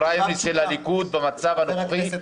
--- חברי הכנסת,